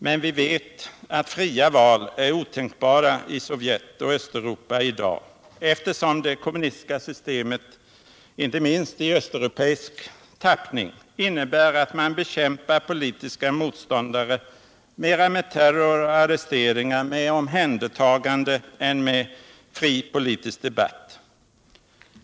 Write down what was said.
Men vi vet att fria val är otänkbara i Sovjet och Östeuropa i dag, eftersom det kommunistiska systemet — inte minst i östeuropeisk tappning — innebär att man bekämpar politiska motståndare mera med terror, arresteringar och ”omhändertagande” än med fri politisk debatt.